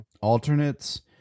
alternates